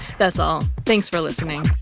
that's all. thanks for listening.